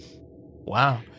Wow